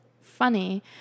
funny